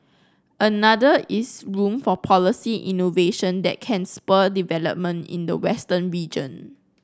another is room for policy innovation that can spur development in the western region